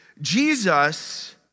Jesus